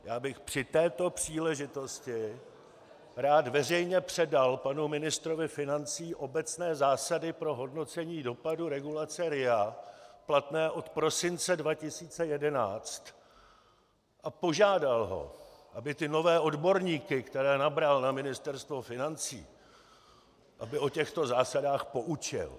Já bych při této příležitosti rád veřejně předal panu ministrovi financí obecné zásady pro hodnocení dopadu regulace RIA platné od prosince 2011 a požádal ho, aby ty nové odborníky, které nabral na Ministerstvo financí, o těchto zásadách poučil.